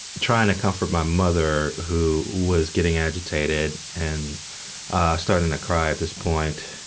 tryin' to comfort my mother who was getting agitated and startin' to cry at this point.